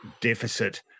deficit